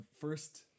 first